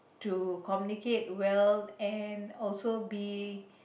to communicate well and also be